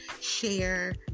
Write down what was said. share